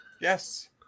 yes